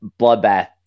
bloodbath